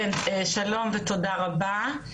שלום ותודה רבה.